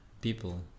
people